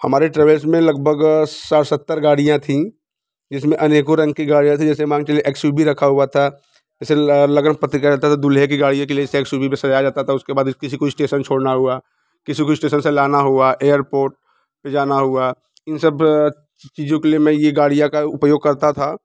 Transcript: हमारे ट्रेवल्स में लगभग साठ सत्तर गाड़ियाँ थी जिसमें अनेकों रंग की गाड़ियाँ थी जैसे मान के चलिए एक्स यू बी रखा हुआ था जैसे लगन पत्रिका रहता था दूल्हे की गाड़ियों के लिए इसे एक्स यू बी पर सजाया जाता था उसके बाद किसी को इस्टेसन छोड़ना हुआ किसी को इस्टेसन से लाना हुआ एयरपोर्ट पर जाना हुआ इन सब चीज़ों के लिए मैं ये गाड़ियाँ का उपयोग करता था